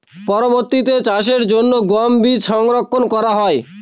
পরবর্তিতে চাষের জন্য গম বীজ সংরক্ষন করা হয়?